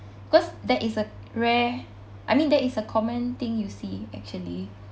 cause that is a rare I mean that is a common thing you see actually